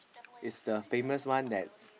is the famous one that